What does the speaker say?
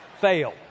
fail